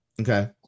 Okay